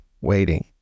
waiting